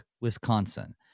Wisconsin